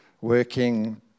working